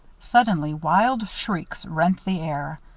suddenly, wild shrieks rent the air.